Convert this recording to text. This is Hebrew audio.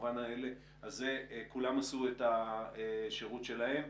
במובן הזה כולם עשו את השירות שלהם.